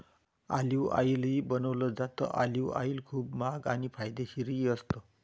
olive ऑईलही बनवलं जातं, ऑलिव्ह ऑईल खूप महाग आणि फायदेशीरही असतं